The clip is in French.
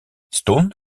stone